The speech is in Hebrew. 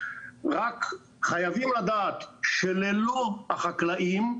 רק חייבים לדעת שללא החקלאים,